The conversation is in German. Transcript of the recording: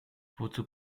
wozu